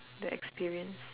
the experience